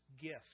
gift